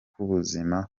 k’ubuzima